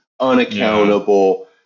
unaccountable